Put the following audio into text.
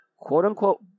quote-unquote